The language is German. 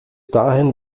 dahin